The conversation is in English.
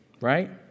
right